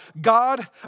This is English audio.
God